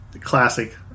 Classic